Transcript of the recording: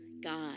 God